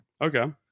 Okay